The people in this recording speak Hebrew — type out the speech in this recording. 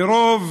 מרוב